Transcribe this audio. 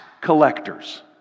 collectors